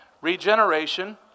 Regeneration